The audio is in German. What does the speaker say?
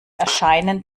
erscheinen